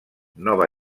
nova